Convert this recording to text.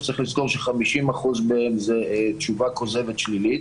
שצריך לזכור ש-50% מהם זה תשובה כוזבת שלילית.